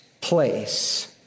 place